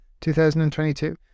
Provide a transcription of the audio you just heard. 2022